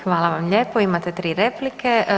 Hvala vam lijepo, imate tri replike.